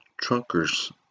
truckers